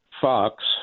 Fox